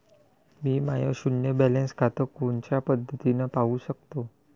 मी माय शुन्य बॅलन्स खातं कोनच्या पद्धतीनं पाहू शकतो?